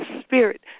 spirit